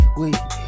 wait